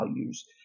values